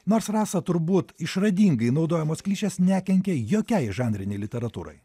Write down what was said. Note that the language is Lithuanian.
nors rasa turbūt išradingai naudojamos klišės nekenkia jokiai žanrinei literatūrai